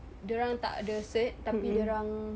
dia orang tak ada cert tapi dia orang